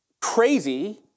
crazy